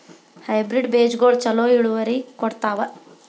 Hybrid ಬೇಜಗೊಳು ಛಲೋ ಇಳುವರಿ ಕೊಡ್ತಾವ?